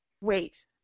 Wait